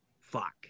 fuck